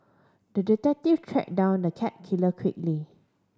the detective tracked down the cat killer quickly